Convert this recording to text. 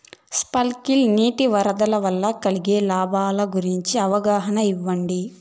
Sprinkle నీటిపారుదల వల్ల కలిగే లాభాల గురించి అవగాహన ఇయ్యడం?